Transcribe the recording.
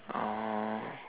oh